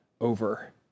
over